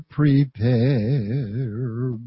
prepare